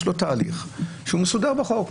יש לו תהליך מסודר בחוק.